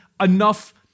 enough